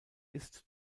ist